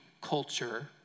culture